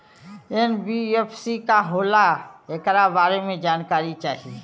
NBFC का होला ऐकरा बारे मे जानकारी चाही?